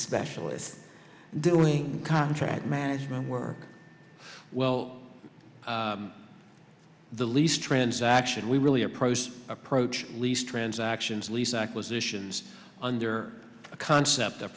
specialist doing contract management work well the lease transaction we really approached approach least transactions lease acquisitions under the concept